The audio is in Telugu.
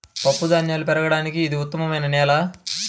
పప్పుధాన్యాలు పెరగడానికి ఇది ఉత్తమమైన నేల